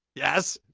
yes?